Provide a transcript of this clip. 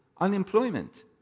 unemployment